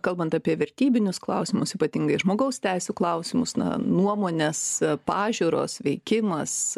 kalbant apie vertybinius klausimus ypatingai žmogaus teisių klausimus na nuomonės pažiūros veikimas